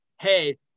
Hey